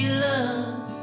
love